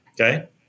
Okay